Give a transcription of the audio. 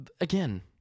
again